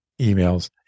emails